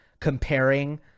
comparing